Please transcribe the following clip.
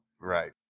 Right